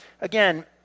Again